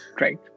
right